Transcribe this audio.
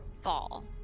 fall